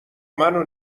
منو